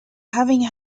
having